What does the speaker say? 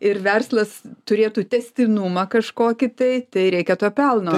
ir verslas turėtų tęstinumą kažkokį tai tai reikia to pelno